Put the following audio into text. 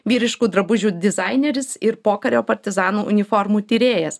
vyriškų drabužių dizaineris ir pokario partizanų uniformų tyrėjas